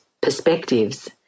perspectives